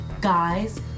guys